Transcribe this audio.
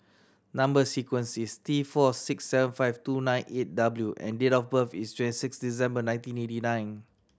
number sequence is T four six seven five two nine eight W and date of birth is twenty six December nineteen eighty nine